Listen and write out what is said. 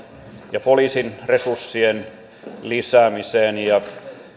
ja poliisin resurssien lisäämiseen ja